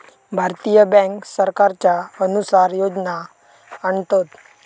भारतीय बॅन्क सरकारच्या अनुसार योजना आणतत